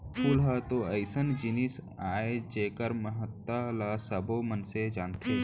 फूल ह तो अइसन जिनिस अय जेकर महत्ता ल सबो मनसे जानथें